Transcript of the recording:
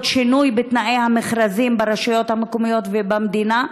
שינוי בתנאי המכרזים ברשויות המקומיות ובמדינה,